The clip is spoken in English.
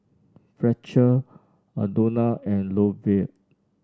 Fletcher Aldona and Lovett